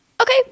Okay